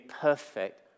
perfect